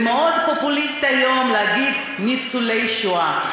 מאוד פופוליסטי היום להגיד: ניצולי השואה.